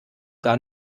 gar